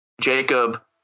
Jacob